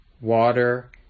water